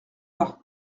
pas